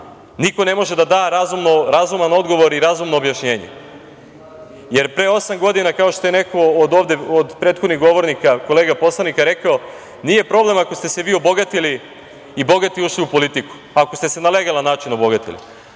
niko ne može da da razuman odgovor i razumno objašnjenje. Pre osam godina, kao što je neko od prethodnih govornika, kolega poslanika rekao, nije problem ako ste se vi obogatili i bogati ušli u politiku, ako ste se na legalan način obogatili,